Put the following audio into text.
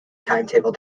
timetable